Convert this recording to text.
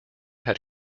had